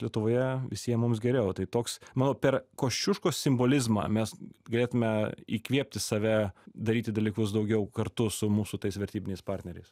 lietuvoje visiem mums geriau tai toks manau per kosciuškos simbolizmą mes galėtume įkvėpti save daryti dalykus daugiau kartu su mūsų tais vertybiniais partneriais